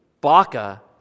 baka